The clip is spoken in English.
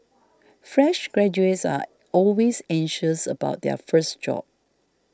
fresh graduates are always anxious about their first job